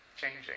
changing